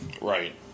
Right